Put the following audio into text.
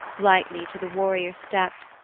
lightly to the warrior stept,